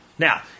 Now